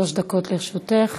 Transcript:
שלוש דקות לרשותך,